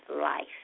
life